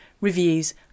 reviews